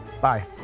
Bye